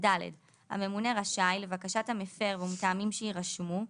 הממונה רשאי, לבקשת המפר ומטעמים שיירשמו,